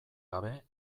gabe